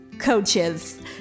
coaches